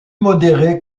modéré